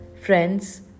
friends